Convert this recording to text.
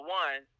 one